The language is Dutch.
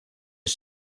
een